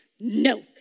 No